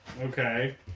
Okay